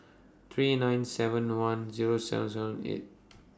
three nine seven one Zero seven seven eight